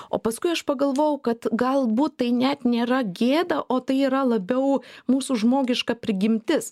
o paskui aš pagalvojau kad galbūt tai net nėra gėda o tai yra labiau mūsų žmogiška prigimtis